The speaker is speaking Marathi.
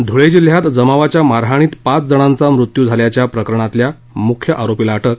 धुळे जिल्ह्यात जमावाच्या मारहाणीत पाच जणांचा मृत्यू झाल्याच्या प्रकरणातल्या मुख्य आरोपीला अटक